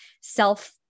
self